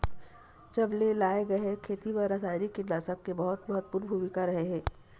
जब से लाए गए हे, खेती मा रासायनिक कीटनाशक के बहुत महत्वपूर्ण भूमिका रहे हे